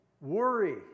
worry